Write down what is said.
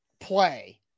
play